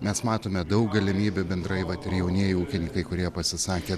mes matome daug galimybių bendrai vat ir jaunieji ūkininkai kurie pasisakė